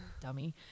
Dummy